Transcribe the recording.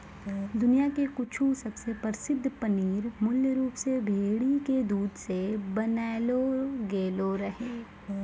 दुनिया के कुछु सबसे प्रसिद्ध पनीर मूल रूप से भेड़ी के दूध से बनैलो गेलो रहै